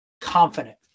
confident